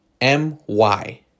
M-Y